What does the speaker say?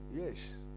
Yes